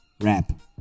rap